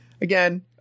Again